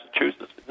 Massachusetts